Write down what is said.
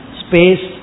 space